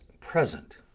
present